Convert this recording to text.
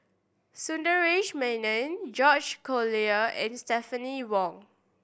Sundaresh Menon George Collyer and Stephanie Wong